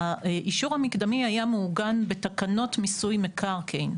האישור המקדמי היה מעוגן בתקנות מיוסי מקרקעין,